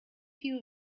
few